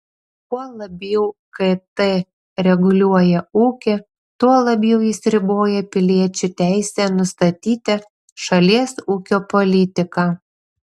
kuo labiau kt reguliuoja ūkį tuo labiau jis riboja piliečių teisę nustatyti šalies ūkio politiką